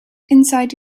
inside